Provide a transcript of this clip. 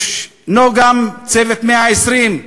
יש גם "צוות 120 הימים"